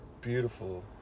Beautiful